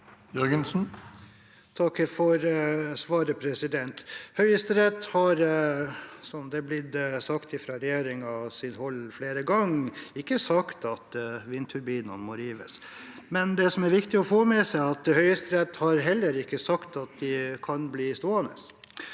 Takk for svaret. Høyesterett har, som det har blitt sagt fra regjeringens hold flere ganger, ikke sagt at vindturbinene må rives, men det som er viktig å få med seg, er at Høyesterett heller ikke har sagt at de kan bli stående.